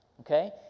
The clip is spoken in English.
okay